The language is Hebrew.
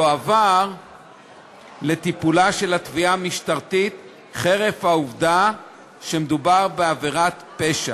יועבר לטיפולה של התביעה המשטרתית חרף העובדה שמדובר בעבירות פשע.